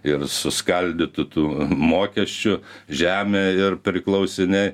ir suskaldytų tų mokesčių žemė ir priklausiniai